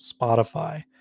Spotify